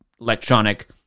electronic